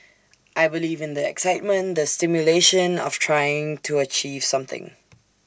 I believe in the excitement the stimulation of trying to achieve something